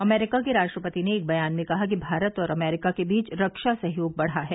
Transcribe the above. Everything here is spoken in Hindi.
अमरीका के राष्ट्रपति ने एक बयान में कहा कि भारत और अमरीका के बीच रक्षा सहयोग बढ़ा है